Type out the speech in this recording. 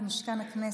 במשכן הכנסת,